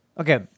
Okay